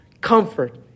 comfort